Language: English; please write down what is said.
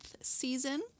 season